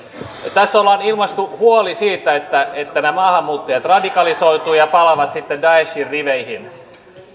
tässä ollaan ilmaistu huoli siitä että että nämä maahanmuuttajat radikalisoituvat ja palaavat sitten daeshin riveihin